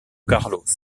carlos